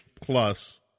plus